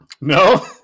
No